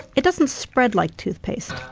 it doesn't spread like toothpaste,